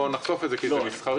נחשוף את זה כי זה מסחרי.